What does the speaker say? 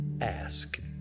ask